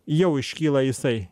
jau iškyla jisai